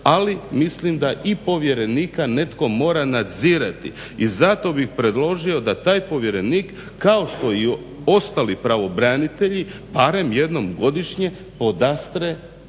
ali mislim da i povjerenika netko mora nadzirati. I zato bih predložio da taj povjerenik kao što i ostali pravobranitelji barem jednom godišnje podastre